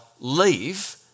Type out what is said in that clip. leave